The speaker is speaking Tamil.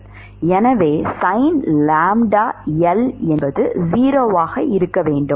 எனவே sin என்பது 0 ஆக இருக்க வேண்டும்